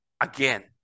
Again